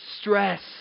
stress